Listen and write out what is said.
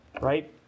right